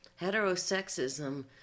heterosexism